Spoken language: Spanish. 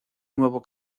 nuevo